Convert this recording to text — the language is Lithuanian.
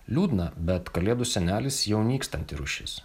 liūdna bet kalėdų senelis jau nykstanti rūšis